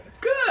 Good